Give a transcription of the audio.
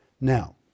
Now